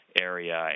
area